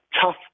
tough